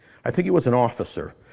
i think he was an officer.